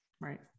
Right